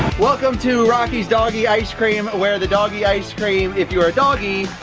welcome to rocky's doggy ice-cream, where the doggy ice-cream if you're a doggy,